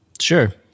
Sure